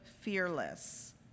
fearless